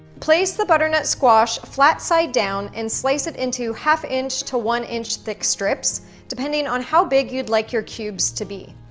place the butternut squash flat side down and slice it into half-inch to one-inch thick strips depending on how big you'd like your cubes to be.